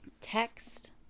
Text